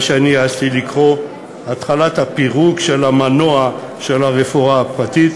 מה שאני העזתי לקרוא "התחלת הפירוק של המנוע של הרפואה הפרטית"